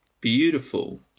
Beautiful